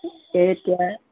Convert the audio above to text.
এতিয়া